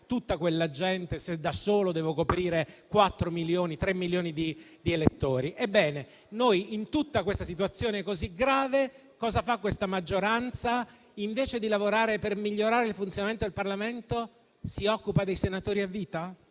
tutta quella gente, se da solo devo coprire 3 milioni di elettori? Ebbene, in questa situazione così grave, cosa fa questa maggioranza? Invece di lavorare per migliorare il funzionamento del Parlamento, si occupa dei senatori a vita.